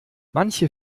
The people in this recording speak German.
manche